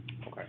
Okay